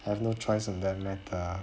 I have no choice of that matter ah